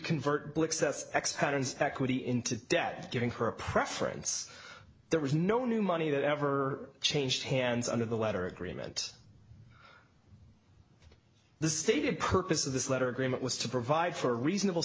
s x patterns equity into debt giving her preference there was no new money that ever changed hands under the letter agreement the stated purpose of this letter agreement was to provide for a reasonable